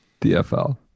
DFL